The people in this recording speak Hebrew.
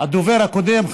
הדובר הקודם,